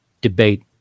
debate